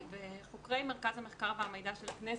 חוקרי מרכז המחקר והמידע של הכנסת,